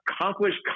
accomplished